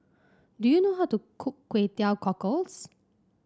do you know how to cook Kway Teow Cockles